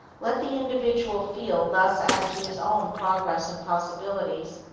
let the individual feel thus as to his own progress and possibilities,